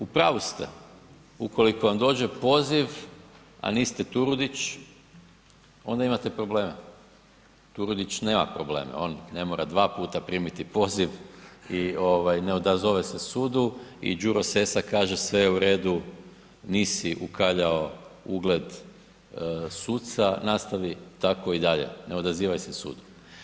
U pravu ste, ukoliko vam dođe poziv, a niste Turudić, onda imate probleme, Turudić nema probleme, on ne mora dva puta primiti poziv i ovaj ne odazove se sudu i Đuro Sesa kaže sve je u redu, nisi ukaljao ugled suca, nastavi tako i dalje, ne odazivaj se sudu.